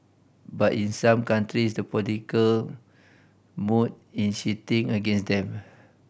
but in some countries the political mood in shifting against them